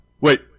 wait